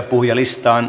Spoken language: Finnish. puhujalistaan